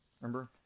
remember